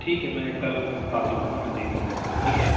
ठीक है मैं कल आ आता हूँ वहाँ पर देखता हूँ आपका ठीक है